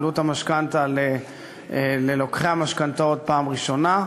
בעלות המשכנתה ללוקחי המשכנתאות פעם ראשונה,